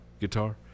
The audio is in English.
Guitar